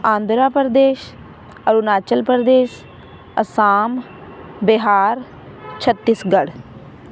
Andhra Pradesh Arunachal Pradesh Assam Bihar Chhattisgarh